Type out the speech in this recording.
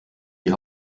die